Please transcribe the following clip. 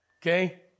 Okay